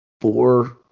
four